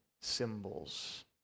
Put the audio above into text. symbols